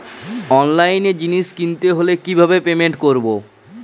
অনলাইনে জিনিস কিনতে হলে কিভাবে পেমেন্ট করবো?